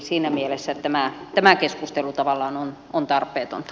siinä mielessä tämä keskustelu tavallaan on tarpeetonta